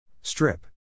Strip